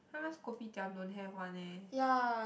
sometimes kopitiam don't have one eh